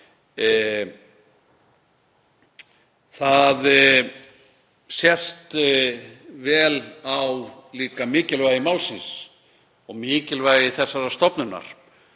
Það sést líka vel á mikilvægi málsins og mikilvægi þessarar stofnunar.